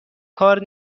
کار